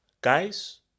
Guys